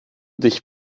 dich